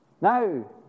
now